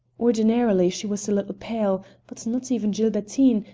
ordinarily she was a little pale, but not even gilbertine,